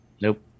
Nope